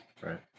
right